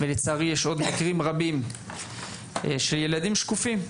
לצערי יש עוד מקרים רבים של ילדים שקופים,